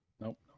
Nope